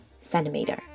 Centimeter